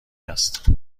است